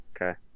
Okay